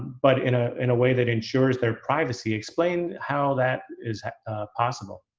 but in ah in a way that ensures their privacy. explain how that is possible.